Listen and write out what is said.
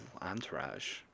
entourage